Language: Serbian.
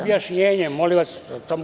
Objašnjenje, molim vas.